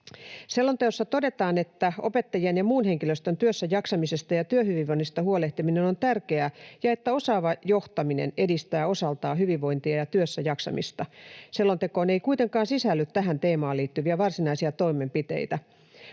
Selonteossa todetaan, että opettajien ja muun henkilöstön työssäjaksamisesta ja työhyvinvoinnista huolehtiminen on tärkeää ja että osaava johtaminen edistää osaltaan hyvinvointia ja työssäjaksamista. Selontekoon ei kuitenkaan sisälly tähän teemaan liittyviä varsinaisia toimenpiteitä.